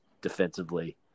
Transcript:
defensively